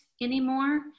anymore